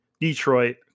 Detroit